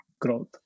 growth